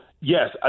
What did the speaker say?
yes